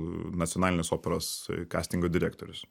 nacionalinės operos kastingo direktorius